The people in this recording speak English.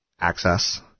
access